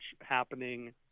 happening